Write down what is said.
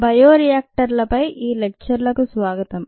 బయోరియాక్టర్లపై ఈ లెక్చర్లకు స్వాగతం